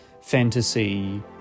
fantasy